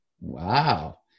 Wow